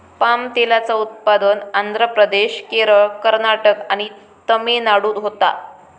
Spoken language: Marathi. पाम तेलाचा उत्पादन आंध्र प्रदेश, केरळ, कर्नाटक आणि तमिळनाडूत होता